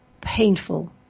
painful